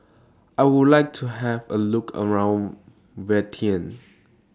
I Would like to Have A Look around Vientiane